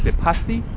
pasti?